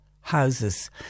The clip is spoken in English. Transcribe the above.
houses